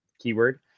keyword